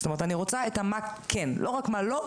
זאת אומרת, אני רוצה את המה כן ולא רק את מה לא.